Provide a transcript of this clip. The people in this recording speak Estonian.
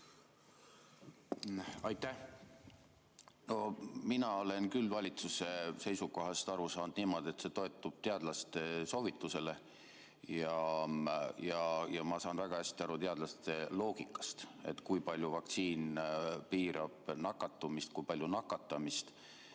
Aitäh! No mina olen küll valitsuse seisukohast aru saanud niimoodi, et see toetub teadlaste soovitusele, ja ma saan väga hästi aru teadlaste loogikast, kui palju vaktsiin piirab nakatumist, kui palju nakatamist